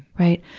right.